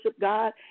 God